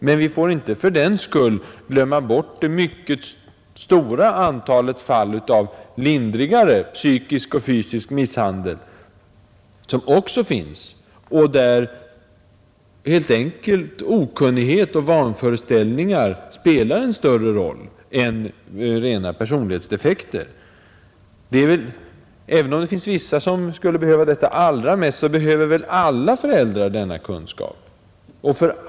Men vi får fördenskull inte glömma bort det mycket stora antalet fall av lindrigare psykisk och fysisk misshandel, där okunnighet och vanföreställningar spelar en större roll än rena personlighetsdefekter. Även om det finns vissa som behöver kunskaperna mest, så har väl alla föräldrar behov av dem.